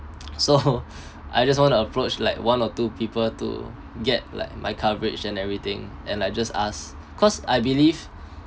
so I just want to approach like one or two people to get like my coverage and everything and like just ask cause I believe